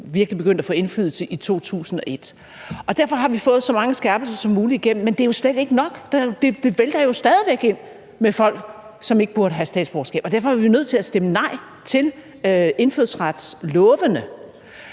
virkelig begyndte at få indflydelse i 2001. Og derfor har vi fået så mange skærpelser som muligt igennem, men det er jo slet ikke nok. Det vælter jo stadig væk ind med folk, som ikke burde have statsborgerskab, og derfor er vi nødt til at stemme nej til indfødsretslovene.